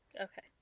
Okay